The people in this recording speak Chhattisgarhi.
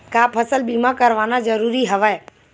का फसल बीमा करवाना ज़रूरी हवय?